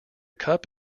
cup